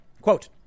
Quote